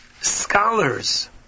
scholars